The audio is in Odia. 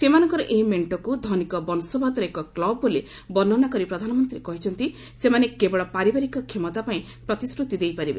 ସେମାନଙ୍କର ଏହି ମେଣ୍ଟକୁ ଧନିକ ବଂଶବାଦର ଏକ କ୍ଲବ ବୋଲି ବର୍ଷ୍ଣନା କରି ପ୍ରଧାନମନ୍ତ୍ରୀ କହିଛନ୍ତି ସେମାନେ କେବଳ ପାରିବାରିକ କ୍ଷମତା ପାଇଁ ପ୍ରତିଶ୍ରତି ଦେଇପାରିବ